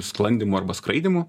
sklandymu arba skraidymu